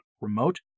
Remote